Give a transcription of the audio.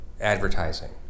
advertising